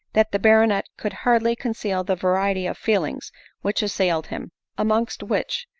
that the baronet could hardly conceal the variety of feelings which assailed him amongst which,